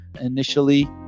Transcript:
initially